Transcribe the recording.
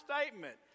statement